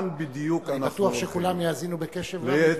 אני בטוח שכולם יאזינו בקשב רב.